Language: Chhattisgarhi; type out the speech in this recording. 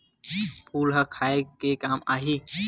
फूल ह खाये के काम आही?